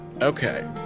Okay